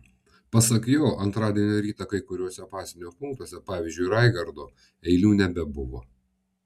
pasak jo antradienio rytą kai kuriuose pasienio punktuose pavyzdžiui raigardo eilių nebebuvo